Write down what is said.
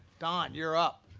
don, you're up.